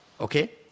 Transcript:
okay